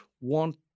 want